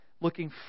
looking